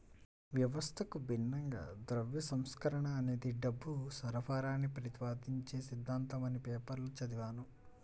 వ్యవస్థకు భిన్నంగా ద్రవ్య సంస్కరణ అనేది డబ్బు సరఫరాని ప్రతిపాదించే సిద్ధాంతమని పేపర్లో చదివాను